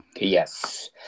Yes